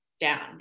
down